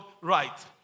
right